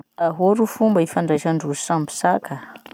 Ahoa ro fomba ifandraisandrozy samby saka?